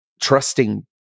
trusting